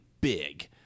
big